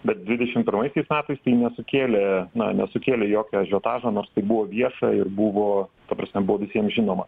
bet dvidešim pirmaisiais metais tai nesukėlė na nesukėlė jokio ažiotažo nors tai buvo vieša ir buvo ta prasme buvo visiem žinoma